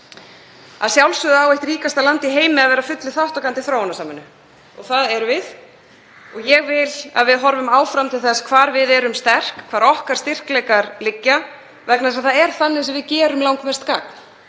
Að sjálfsögðu á eitt ríkasta land í heimi að vera fullur þátttakandi í þróunarsamvinnu og það erum við. Ég vil að við horfum áfram til þess hvar við erum sterk, hvar okkar styrkleikar liggja, vegna þess að það er þannig sem við gerum langmest gagn